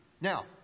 now